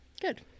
Good